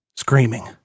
screaming